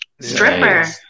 stripper